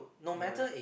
ya